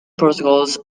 protocols